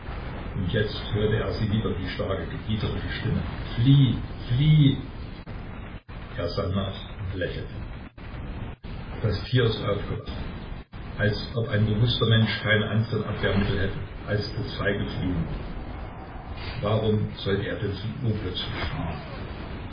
und jetzt hörte er sie wieder die starke gebieterische stimme flieh flieh er sann nach und lächelte das tier ist aufgewacht als ob ein bewußter mensch keine andren abwehrmittel hätte als das feige fliehen warum sollte er denn so urplötzlich fliehen